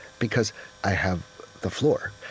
because i have the floor.